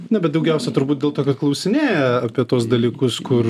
na bet daugiausia turbūt dėl to kad klausinėja apie tuos dalykus kur